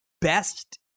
best